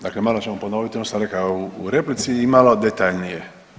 Dakle, malo ćemo ponoviti ono što sam reka u replici i malo detaljnije.